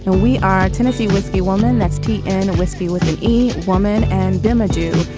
and we are. tennessee whiskey woman. that's tea in a whiskey with an e woman and i'm a jew.